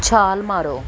ਛਾਲ ਮਾਰੋ